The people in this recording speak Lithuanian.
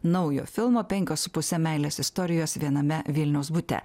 naujo filmo penkios su puse meilės istorijos viename vilniaus bute